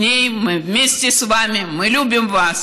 ראש האופוזיציה, חבר הכנסת יצחק הרצוג, בבקשה.